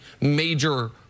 major